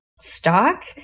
stock